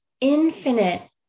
infinite